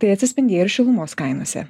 tai atsispindėjo ir šilumos kainose